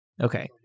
Okay